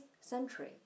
century